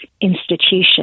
institution